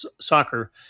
soccer